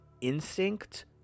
instinct